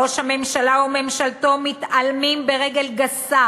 ראש הממשלה וממשלתו מתעלמים ברגל גסה